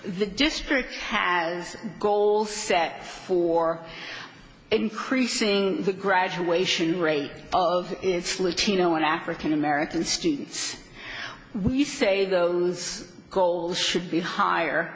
the district has goal set for increasing the graduation rate of its latino and african american students we say those goals should be higher